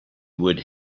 would